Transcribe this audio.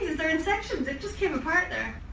they're in sections it just came apart there.